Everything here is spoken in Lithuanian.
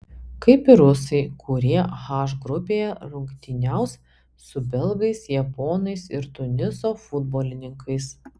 kaip ir rusai kurie h grupėje rungtyniaus su belgais japonais ir tuniso futbolininkais